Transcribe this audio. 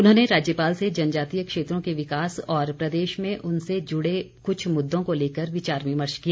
उन्होंने राज्यपाल से जनजातीय क्षेत्रों के विकास और प्रदेश में उनसे जुड़े कुछ मुद्दों को लेकर विचार विमर्श किया